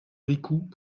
bricout